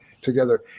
together